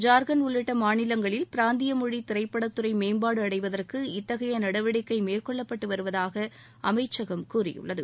ஜாக்கண்ட் உள்ளிட்ட மாநிலங்களில் பிராந்திய மொழி திரைப்படத்துறை மேம்பாடு அடைவதற்கு இத்தகைய நடவடிக்கை மேற்கொள்ளப்பட்டு வருவதாக அமைச்சகம் கூறியுள்ளது